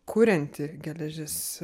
kurianti geležis